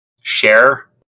share